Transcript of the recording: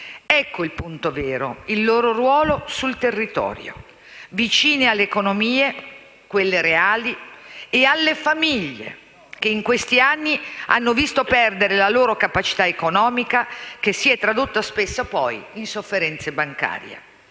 Ecco il punto vero: il loro ruolo sul territorio, vicino alle economie, quelle reali, e alle famiglie che in questi anni hanno visto perdere la loro capacità economica, che si è tradotta spesso poi in sofferenza bancaria.